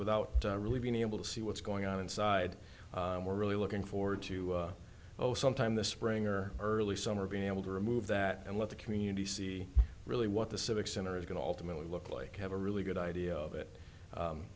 without really being able to see what's going on inside we're really looking forward to oh some time this spring or early summer being able to remove that and let the community see really what the civic center is going to ultimately look like have a really good idea